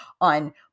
on